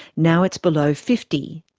now it's below fifty